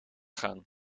gaan